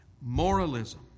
Moralism